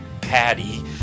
Patty